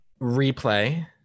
Replay